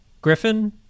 Griffin